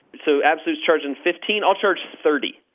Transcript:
so absolut's charging fifteen. i'll charge thirty.